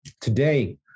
Today